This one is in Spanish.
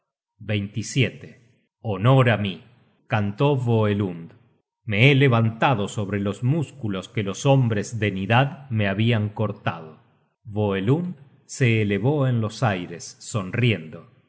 menor honor á mí cantó voelund me he levantado sobre los músculos que los hombres de nidad me habian cortado voelund se elevó en los aires sonriendo